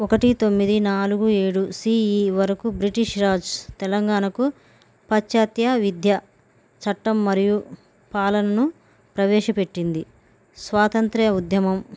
ఒకటి తొమ్మిది నాలుగు ఏడు సిఈ వరకు బ్రిటిష్ రాజు తెలంగాణకు పాశ్చత్య విద్య చట్టం మరియు పాలనను ప్రవేశపెట్టింది స్వాతంత్ర్య ఉద్యమం